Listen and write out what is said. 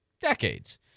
decades